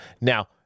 Now